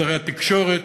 שרי תקשורת,